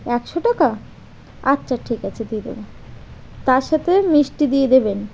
একশো টাকা আচ্ছা ঠিক আছে দিয়ে দেবো তার সাথে মিষ্টি দিয়ে দেবেন